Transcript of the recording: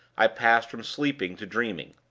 i passed from sleeping to dreaming.